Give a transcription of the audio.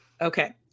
Okay